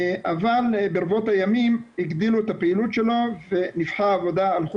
אבל ברבות הימים הגדילו את הפעילות שלו ונפחי העבודה הלכו